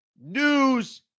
news